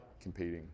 competing